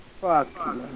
Fuck